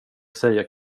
säger